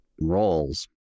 roles